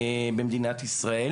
במדינת ישראל,